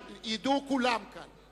ידעו כולם כאן: